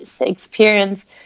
experience